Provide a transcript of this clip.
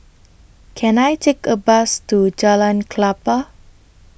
Can I Take A Bus to Jalan Klapa